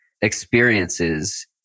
experiences